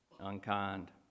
unkind